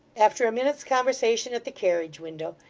after a minute's conversation at the carriage-window,